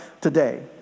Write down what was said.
today